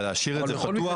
אבל להשאיר את זה פתוח?